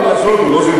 מה לעשות, הוא לא זימן.